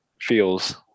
feels